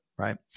right